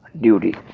duty